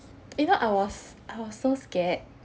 you know I was I was so scared